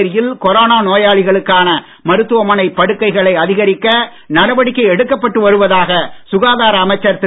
புதுச்சேரியில் கொரோனா நோயாளிகளுக்கான மருத்துவமனைப் படுக்கைகளை அதிகரிக்க நடவடிக்கை எடுக்கப்பட்டு வருவதாக சுகாதார அமைச்சர் திரு